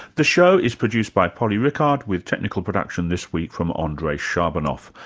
the show is produced by polly rickard with technical production this week from andre shabanov.